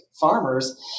farmers